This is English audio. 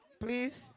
Please